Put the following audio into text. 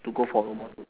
to go for robotic